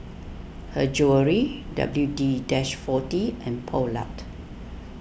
Her Jewellery W D Dis forty and Poulet